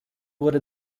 wurde